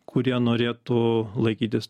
kurie norėtų laikytis